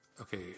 Okay